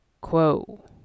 quo